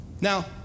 Now